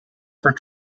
for